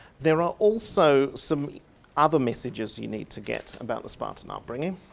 there are also some other messages you need to get about the spartan upbringing.